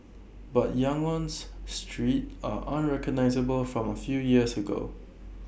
but Yangon's streets are unrecognisable from A few years ago